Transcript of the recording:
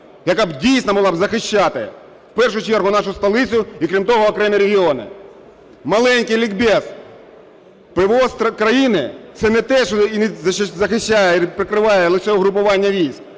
яка дійсно могла б захищати в першу чергу нашу столицю і крім того окремі регіони. Маленький лікбез. ПВО країни – це не те, що захищає, прикриває лише угруповання військ,